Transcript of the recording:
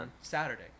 Saturday